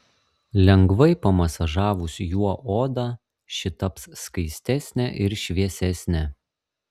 lengvai pamasažavus juo odą ši taps skaistesnė ir šviesesnė